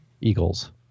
Eagles